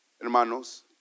hermanos